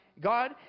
God